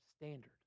standard